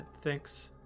Thanks